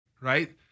right